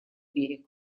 берег